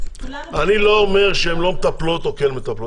אני לא אומר שהן לא מטפלות או כן מטפלות,